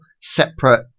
separate